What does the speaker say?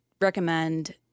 recommend